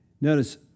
Notice